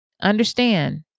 understand